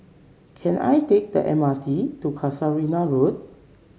can I take the M R T to Casuarina Road